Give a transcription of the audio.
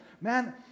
Man